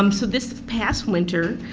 um so, this past winter